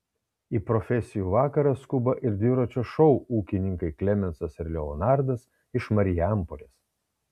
į profesijų vakarą skuba ir dviračio šou ūkininkai klemensas ir leonardas iš marijampolės